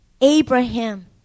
Abraham